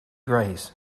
grace